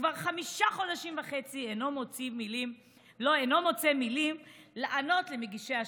שכבר חמישה חודשים וחצי אינו מוצא מילים לענות למגישי השאילתות.